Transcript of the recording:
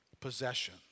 possession